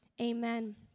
Amen